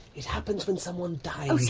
it happens when someone dies.